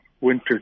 Winter